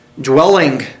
dwelling